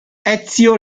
ezio